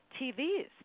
TVs